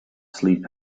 sleep